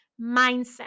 mindset